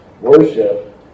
worship